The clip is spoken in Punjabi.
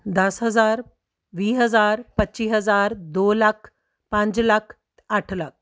ਦਸ ਹਜ਼ਾਰ ਵੀਹ ਹਜ਼ਾਰ ਪੱਚੀ ਹਜ਼ਾਰ ਦੋ ਲੱਖ ਪੰਜ ਲੱਖ ਅੱਠ ਲੱਖ